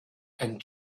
and